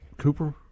Cooper